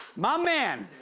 my man!